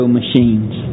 machines